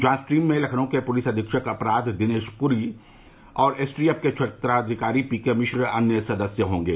जांच टीम में लखनऊ के पुलिस अवीक्षक अपराध दिनेश पुरी और एस टी एफ के क्षेत्राधिकारी पी के मिश्र अन्य सदस्य हॉगे